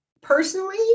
personally